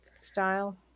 style